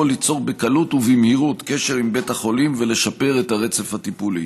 יכול ליצור בקלות ובמהירות קשר עם בית החולים ולשפר את הרצף הטיפולי.